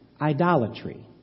Idolatry